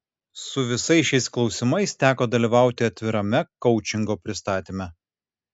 su visais šiais klausimais teko dalyvauti atvirame koučingo pristatyme